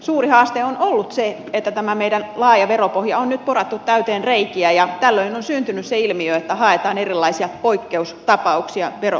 suuri haaste on ollut se että tämä meidän laaja veropohja on nyt porattu täyteen reikiä ja tällöin on syntynyt se ilmiö että haetaan erilaisia poikkeustapauksia verovapauksia